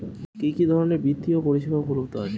কি কি ধরনের বৃত্তিয় পরিসেবা উপলব্ধ আছে?